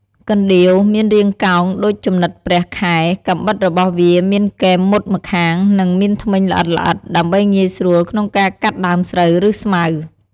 កណ្ដៀវមានរាងកោងដូចជំនិតព្រះខែ កាំបិតរបស់វាមានគែមមុតម្ខាង និងមានធ្មេញល្អិតៗ ដើម្បីងាយស្រួលក្នុងការកាត់ដើមស្រូវ ឬស្មៅ។